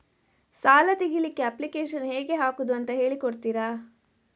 ಸಾಲ ತೆಗಿಲಿಕ್ಕೆ ಅಪ್ಲಿಕೇಶನ್ ಹೇಗೆ ಹಾಕುದು ಅಂತ ಹೇಳಿಕೊಡ್ತೀರಾ?